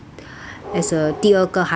as a 第二个孩子